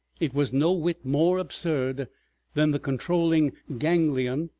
it was no whit more absurd than the controlling ganglion,